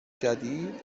جدید